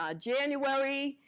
ah january.